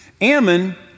Ammon